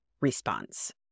response